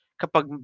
kapag